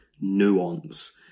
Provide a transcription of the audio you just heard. nuance